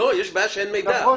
שאין מידע.